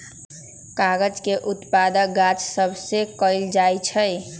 कागज के उत्पादन गाछ सभ से कएल जाइ छइ